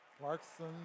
Clarkson